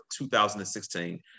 2016